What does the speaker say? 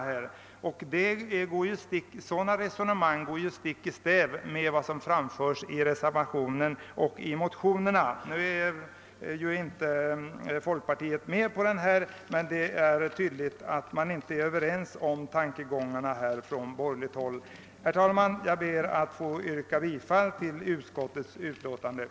Sådana resonemang går stick i stäv mot vad som framföres i reservationen och motionerna. Folkpartiets representantter är heller inte med bland reservanterna. Det är sålunda tydligt att man på borgerligt håll inte är överens i denna fråga. Jag yrkar bifall till utskottets hemställan.